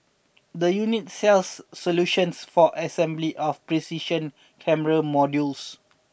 the unit sells solutions for assembly of precision camera modules